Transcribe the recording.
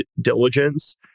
diligence